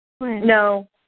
No